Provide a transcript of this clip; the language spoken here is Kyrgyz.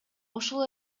ушул